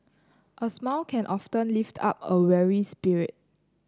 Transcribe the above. a smile can often lift up a weary spirit